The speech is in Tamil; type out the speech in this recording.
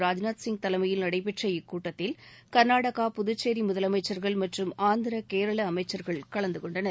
ராஜ்நாத் சிங் தலைமையில் நடைபெற்ற இக்கூட்டத்தில் கர்நாடகா புதுச்சேரி முதலமைச்சர்கள் மற்றும் ஆந்திரா கேரளா அமைச்சர்கள் கலந்து கொண்டனர்